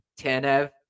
Tanev